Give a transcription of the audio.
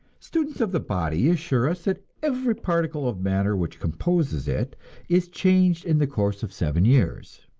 students of the body assure us that every particle of matter which composes it is changed in the course of seven years.